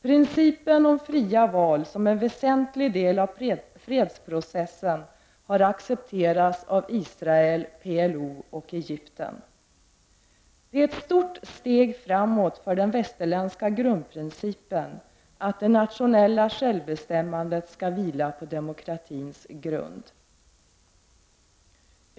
Principen om fria val som en väsentlig del av fredsprocessen har accepterats av Israel, PLO och Egypten. Det är ett stort steg framåt för den västerländska grundprincipen att det nationella självbestämmandet skall vila på demokratins grund.